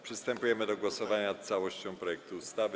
Przystępujemy do głosowania nad całością projektu ustawy.